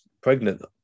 pregnant